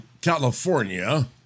California